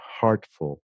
heartful